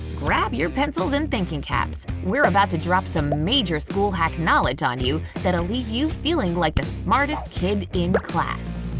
grab your pencils and thinking caps, we're about to drop some major school hack knowledge on you that'll leave you feeling like the smartest kid in class.